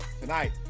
tonight